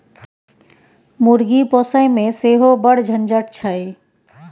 मुर्गी पोसयमे सेहो बड़ झंझट छै